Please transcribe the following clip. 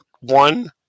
one